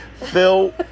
Phil